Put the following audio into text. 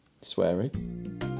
Swearing